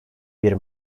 bir